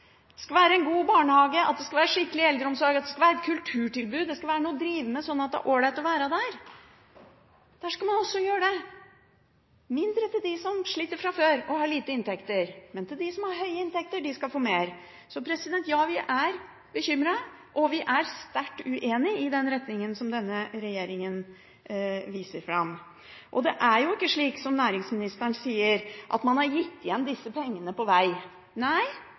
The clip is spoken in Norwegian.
Det skal være en god barnehage, det skal være skikkelig eldreomsorg, det skal være et kulturtilbud, det skal være noe å drive med, sånn at det er all right å være det. Der skal man også gjøre det – mindre til dem som sliter fra før, og har lite inntekter, men de som har høye inntekter, skal få mer. Så ja, vi er bekymret, og vi er sterkt uenige i den retningen som denne regjeringen viser fram. Det er ikke slik, som næringsministeren sier, at man har gitt igjen disse pengene på vei.